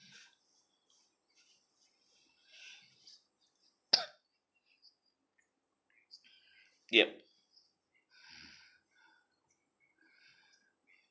yup